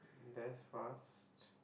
that's fast